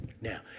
Now